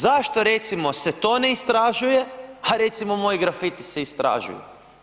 Zašto recimo se to ne istražuje, a recimo moji grafiti se istražuju?